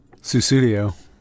Susudio